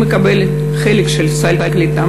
הוא מקבל חלק מסל הקליטה,